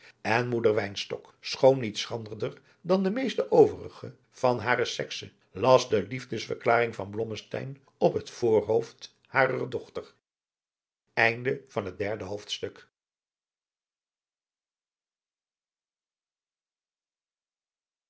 en moeder wynstok schoon niet schranderder dan de meest overige van hare sekse las de liefdesverklaring van blommesteyn op het voorhoofd harer dochter